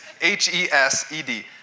H-E-S-E-D